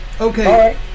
okay